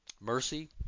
Mercy